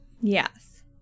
Yes